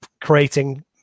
creating